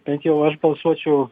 bent jau aš balsuočiau